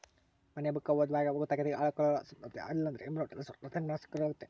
ಮನ್ನೆ ಬುಕ್ಕ ಓದ್ವಾಗ ಗೊತ್ತಾತಿ, ಆಕಳುಕ್ಕ ಸಂತಾನೋತ್ಪತ್ತಿ ಆಲಿಲ್ಲುದ್ರ ಎಂಬ್ರೋ ಟ್ರಾನ್ಸ್ಪರ್ ತಂತ್ರಜ್ಞಾನಲಾಸಿ ಕರು ಆಗತ್ತೆ